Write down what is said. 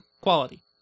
quality